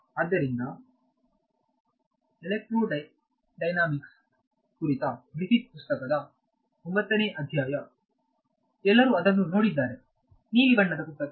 ಆದ್ದರಿಂದ ಎಲೆಕ್ಟ್ರೋಡೈನಾಮಿಕ್ಸ್ ಕುರಿತ ಗ್ರಿಫಿತ್ಸ್ ಪುಸ್ತಕದ 9 ನೇ ಅಧ್ಯಾಯ ಎಲ್ಲರೂ ಅದನ್ನು ನೋಡಿದ್ದಾರೆ ನೀಲಿ ಬಣ್ಣದ ಪುಸ್ತಕ